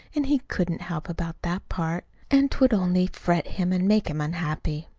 and he couldn't help about that part and't would only fret him and make him unhappy.